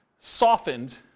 softened